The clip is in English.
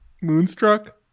Moonstruck